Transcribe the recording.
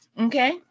Okay